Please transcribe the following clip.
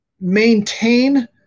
maintain